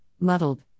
muddled